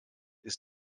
ist